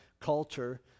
culture